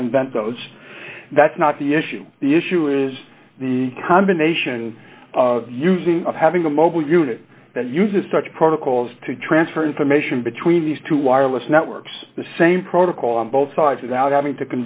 not invent those that's not the issue the issue is the combination of using of having a mobile unit that uses such protocols to transfer information between these two wireless networks the same protocol on both sides with out having to